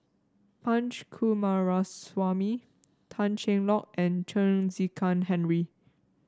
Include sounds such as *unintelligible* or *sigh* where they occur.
Punch Coomaraswamy Tan Cheng Lock and Chen *unintelligible* Henri